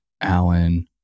Alan